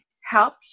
help